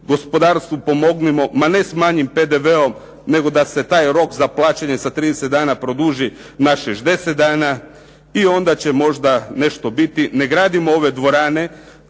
Gospodarstvu pomognimo, ma ne sa manjim PDV-om nego da se taj rok za plaćanje sa 30 dana produži na 60 dana. I onda će možda nešto biti, ne gradimo ove dvorane,